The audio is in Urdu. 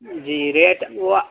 جی ریٹ وہ